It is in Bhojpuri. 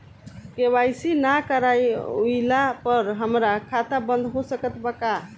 के.वाइ.सी ना करवाइला पर हमार खाता बंद हो सकत बा का?